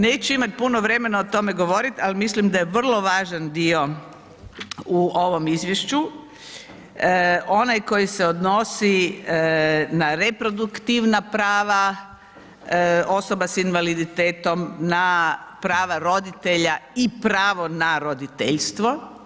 Neću imat puno vremena o tome govorit, al mislim da je vrlo važan dio u ovom izvješću, onaj koji se odnosi na reproduktivna prava osoba s invaliditetom, na prava roditelja i pravo na roditeljstvo.